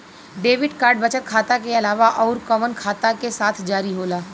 Debit card बचत खाता के अलावा अउरकवन खाता के साथ जारी होला?